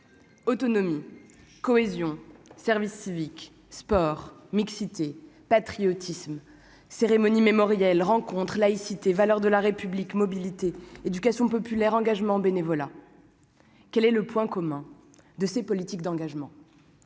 Autonomie, cohésion, service civique, sport, mixité, patriotisme, cérémonies mémorielles, rencontres, laïcité, valeurs de la République, mobilité, éducation populaire, engagement, bénévolat : quel est le point commun entre toutes ces politiques, entre